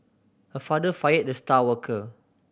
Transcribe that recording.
my father fired the star worker